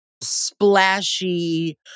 splashy